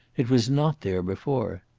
it was not there before.